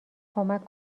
کمک